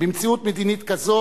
במציאות מדינית כזאת,